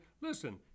listen